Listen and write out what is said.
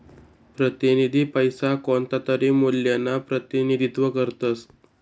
प्रतिनिधी पैसा कोणतातरी मूल्यना प्रतिनिधित्व करतस